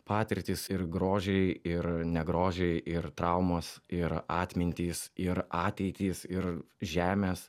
patirtys ir grožiai ir ne grožiai ir traumos ir atmintys ir ateitys ir žemės